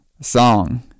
song